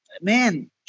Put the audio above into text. man